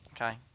Okay